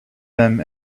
them